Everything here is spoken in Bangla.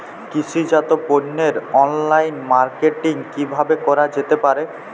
কৃষিজাত পণ্যের অনলাইন মার্কেটিং কিভাবে করা যেতে পারে?